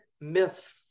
myth